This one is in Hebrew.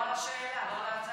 לא על מה שהועלה לסדר-היום.